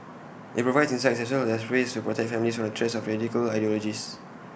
IT provides insights as well as ways to protect families from the threats of radical ideologies